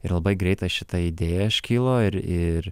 ir labai greitai šita idėja iškilo ir ir